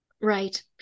Right